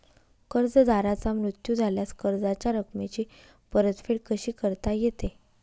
कर्जदाराचा मृत्यू झाल्यास कर्जाच्या रकमेची परतफेड कशी करता येते?